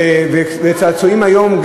וצעצועים היום,